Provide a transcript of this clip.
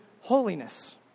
holiness